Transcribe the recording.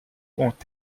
ont